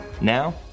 Now